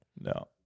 No